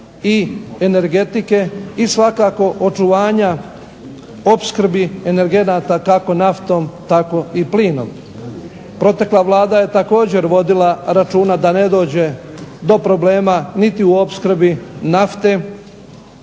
i energetike i svakako očuvanja, opskrbi energenata kako naftom tako i plinom. Protekla Vlada je također vodila računa da ne dođe do problema niti u opskrbi nafte,